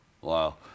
Wow